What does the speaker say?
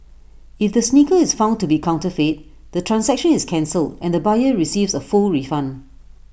if the sneaker is found to be counterfeit the transaction is cancelled and the buyer receives A full refund